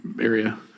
area